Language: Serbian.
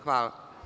Hvala.